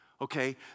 Okay